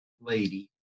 lady